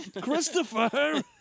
Christopher